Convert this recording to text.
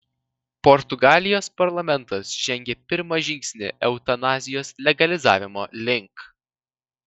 portugalijos parlamentas žengė pirmą žingsnį eutanazijos legalizavimo link